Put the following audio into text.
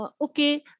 okay